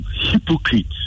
hypocrites